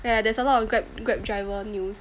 yeah there's a lot of Grab Grab driver news